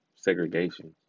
segregation